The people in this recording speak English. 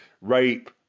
rape